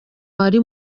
wari